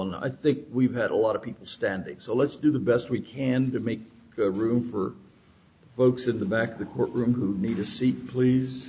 and i think we've had a lot of people standing so let's do the best we can to make room for folks in the back of the courtroom who need to see please